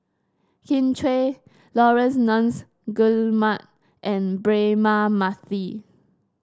Kin Chui Laurence Nunns Guillemard and Braema Mathi